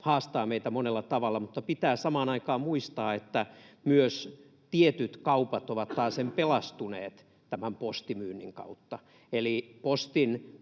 haastaa meitä monella tavalla, mutta pitää samaan aikaan muistaa, että tietyt kaupat ovat taasen pelastuneet postimyynnin kautta. Postin